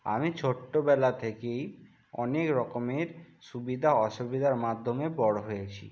আমি ছোট্টোবেলা থেকেই অনেক রকমের সুবিধা অসুবিধার মাধ্যমে বড় হয়েছি